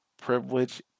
privilege